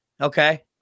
Okay